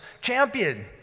champion